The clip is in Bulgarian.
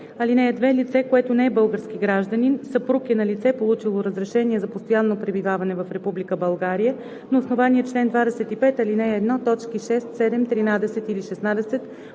ал. 2: „(2) Лице, което не е български гражданин, съпруг е на лице, получило разрешение за постоянно пребиваване в Република България на основание чл. 25, ал. 1, т. 6, 7, 13 или 16